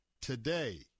today